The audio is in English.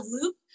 loop